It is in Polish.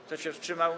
Kto się wstrzymał?